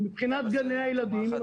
אתה